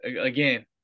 again